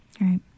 Right